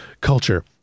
culture